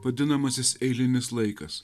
vadinamasis eilinis laikas